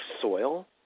soil